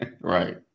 right